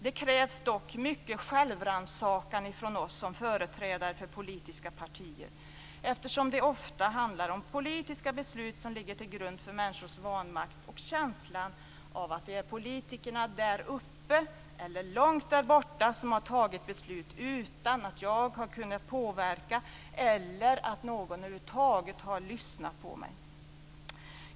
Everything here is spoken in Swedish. Det krävs dock mycket självrannsakan från oss som företrädare för politiska partier eftersom det ofta är politiska beslut som ligger till grund för människors vanmakt och känslan av att det är politikerna "där uppe" eller "långt där borta" som har fattat beslut utan att de har kunnat påverka eller utan att någon över huvud taget har lyssnat på dem.